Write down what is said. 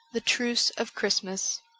the truce of christmas